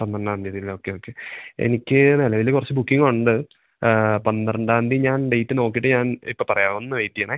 പന്ത്രണ്ടാം തിയതില്ലേ okay okay എനിക്ക് നെലവില് കൊറച്ച് ബുക്കിംഗുണ്ട് പന്ത്രണ്ടാംതി ഞാൻ ഡേറ്റ് നോക്കീട്ട് ഞാൻ ഇപ്പ പറയാ ഒന്ന് വെയ്റ്റെയ്യണേ